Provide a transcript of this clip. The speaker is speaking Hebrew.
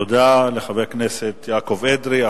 תודה לחבר הכנסת יעקב אדרי.